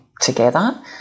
together